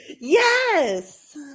Yes